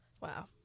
Wow